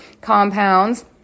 compounds